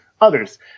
others